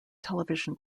television